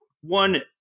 one